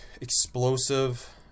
explosive